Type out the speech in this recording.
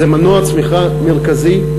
זה מנוע צמיחה מרכזי,